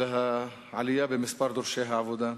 של העלייה במספר דורשי העבודה.